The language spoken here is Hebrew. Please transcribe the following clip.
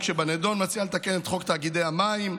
שבנדון מציעה לתקן את חוק תאגידי המים,